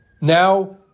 now